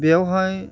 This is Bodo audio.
बेयावहाय